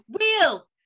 Wheel